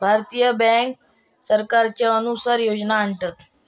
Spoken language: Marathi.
भारतीय बॅन्क सरकारच्या अनुसार योजना आणतत